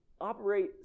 operate